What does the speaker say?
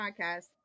podcast